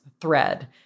thread